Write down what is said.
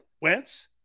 Wentz